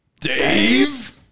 Dave